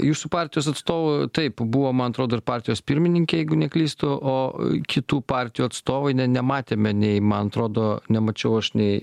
jūsų partijos atstovų taip buvo man atrodo ir partijos pirmininkė jeigu neklystu o kitų partijų atstovai ne nematėme nei man atrodo nemačiau aš nei